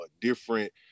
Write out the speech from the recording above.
different